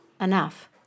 enough